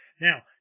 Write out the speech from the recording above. Now